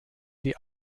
die